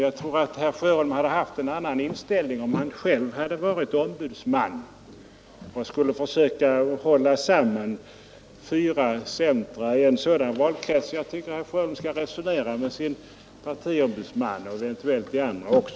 Jag tror att herr Sjöholm hade haft en annan inställning om han själv hade varit ombudsman och skulle försöka hålla samman fyra centra i en sådan valkrets. Jag tror att herr Sjöholm skall resonera med sin partiombudsman och eventuellt med de andra också.